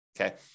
okay